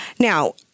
Now